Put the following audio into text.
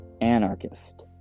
anarchist